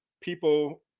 people